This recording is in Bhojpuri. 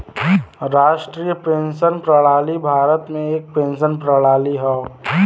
राष्ट्रीय पेंशन प्रणाली भारत में एक पेंशन प्रणाली हौ